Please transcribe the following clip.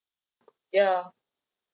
ya